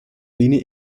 linie